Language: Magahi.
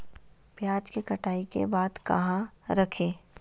प्याज के कटाई के बाद कहा रखें?